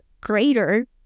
greater